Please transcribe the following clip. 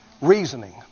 Reasoning